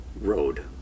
road